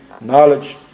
knowledge